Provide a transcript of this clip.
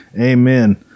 Amen